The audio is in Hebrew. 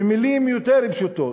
במילים יותר פשוטות: